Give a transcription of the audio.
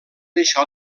això